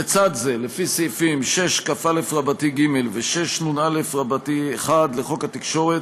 לצד זה, לפי סעיפים 6כא(ג) ו-6נא1 לחוק התקשורת,